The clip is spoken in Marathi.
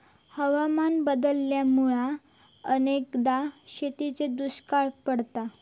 हवामान बदलामुळा अनेकदा शेतीत दुष्काळ पडता